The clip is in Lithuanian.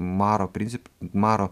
maro princip maro